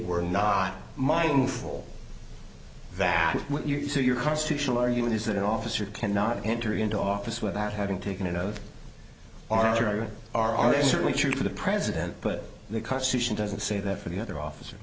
were not mindful that what you say your constitutional argument is that an officer cannot enter into office without having taken it out of argument are are certainly true for the president but the constitution doesn't say that for the other officer